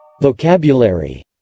Vocabulary